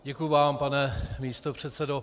Děkuji vám, pane místopředsedo.